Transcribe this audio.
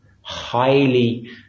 highly